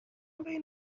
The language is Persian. این